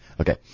Okay